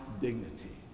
dignity